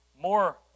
more